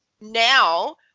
now